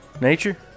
Nature